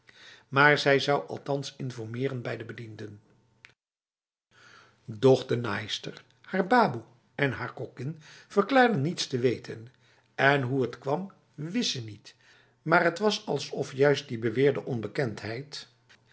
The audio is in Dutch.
verkeerd maarzij zou althans informeren bij de bedienden doch de naaister haar baboe en haar kokkin verklaarden niets te weten en hoe het kwam wist ze niet maar het was alsof juist die beweerde onbekendheid